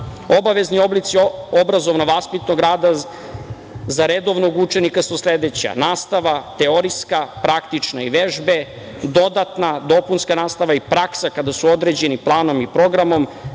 dana. Obavezni oblici obrazovno-vaspitnog rada za redovnog učenika su sledeći: nastava, teorijska, praktična, vežbe, dodatna, dopunska nastava i praksa kada su određeni planom i programom